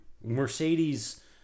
Mercedes